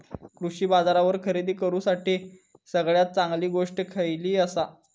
कृषी बाजारावर खरेदी करूसाठी सगळ्यात चांगली गोष्ट खैयली आसा?